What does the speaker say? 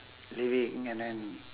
living and then